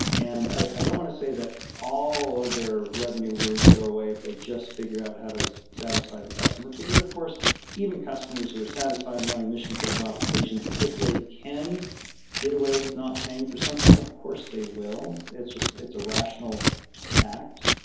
and i don't want to say that all of their revenue worries go away if they just figure out how to satisfy the customer, because of course even customers who are satisfied running mission critical applications. if they can get away with not paying for something, of course, they will. it's a rational act.